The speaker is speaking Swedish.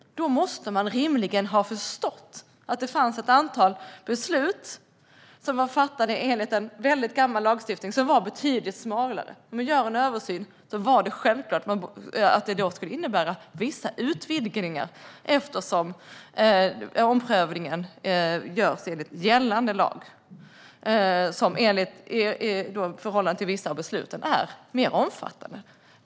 Då måste man rimligen ha förstått att det fanns ett antal beslut som var fattade enligt en gammal lagstiftning som var betydligt smalare. När översynen gjordes var det självklart att det skulle innebära vissa utvidgningar eftersom omprövningen görs enligt gällande lag, som i förhållande till vissa av besluten är mer omfattande.